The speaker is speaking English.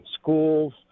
schools